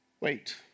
Wait